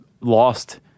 lost